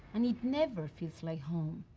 and it never feels like home.